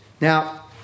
Now